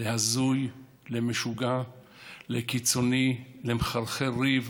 להזוי, למשוגע, לקיצוני, למחרחר ריב.